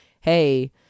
hey